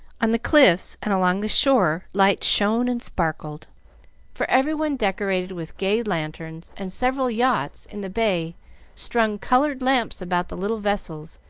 on the cliffs and along the shore lights shone and sparkled for every one decorated with gay lanterns, and several yachts in the bay strung colored lamps about the little vessels,